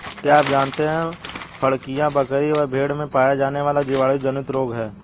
क्या आप जानते है फड़कियां, बकरी व भेड़ में पाया जाने वाला जीवाणु जनित रोग है?